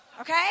okay